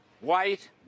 white